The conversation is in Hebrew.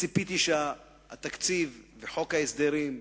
וציפיתי שהתקציב, וחוק ההסדרים,